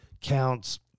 counts